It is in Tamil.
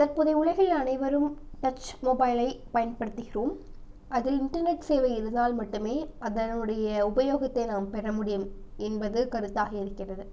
தற்போது உலகில் அனைவரும் டச் மொபைலை பயன்படுத்துகிறோம் அதில் இன்டெர்னட் சேவை இருந்தால் மட்டுமே அதனுடையே உபயோகத்தை நாம் பெற முடியும் என்பது கருத்தாக இருக்கிறது